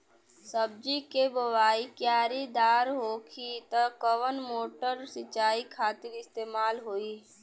सब्जी के बोवाई क्यारी दार होखि त कवन मोटर सिंचाई खातिर इस्तेमाल होई?